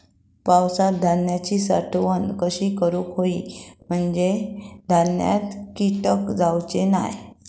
पावसात धान्यांची साठवण कशी करूक होई म्हंजे धान्यात कीटक जाउचे नाय?